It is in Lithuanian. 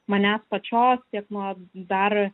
manęs pačios tiek nuo dar